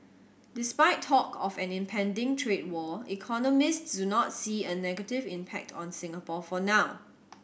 despite talk of an impending trade war economist do not see a negative impact on Singapore for now